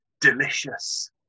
delicious